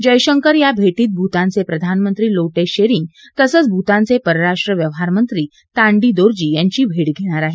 जयशंकर या भेटीत भूतानचे प्रधानमंत्री लोटे त्शेरींग तसंच भूतानचे परराष्ट्र व्यवहारमंत्री तांडी दोर्जी यांची भेट घेणार आहेत